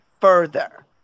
further